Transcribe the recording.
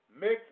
Mix